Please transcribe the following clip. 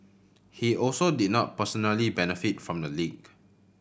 he also did not personally benefit from the leak